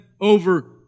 over